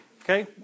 Okay